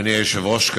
אדוני היושב-ראש,